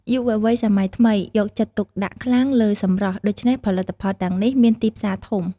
យុវវ័យសម័យថ្មីយកចិត្តទុកដាក់ខ្លាំងលើសម្រស់ ដូច្នេះផលិតផលទាំងនេះមានទីផ្សារធំ។